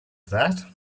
that